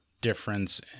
difference